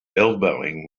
elbowing